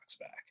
back